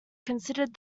considered